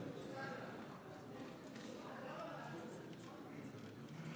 לעשות הצבעת ניסיון,